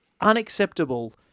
unacceptable